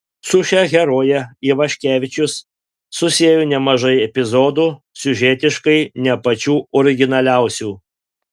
su šia heroje ivaškevičius susiejo nemažai epizodų siužetiškai ne pačių originaliausių